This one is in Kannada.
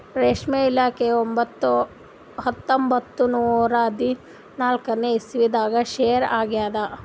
ರೇಷ್ಮೆ ಇಲಾಖೆಯು ಹತ್ತೊಂಬತ್ತು ನೂರಾ ಹದಿನಾಲ್ಕನೇ ಇಸ್ವಿದಾಗ ಶುರು ಆಗ್ಯದ್